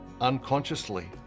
unconsciously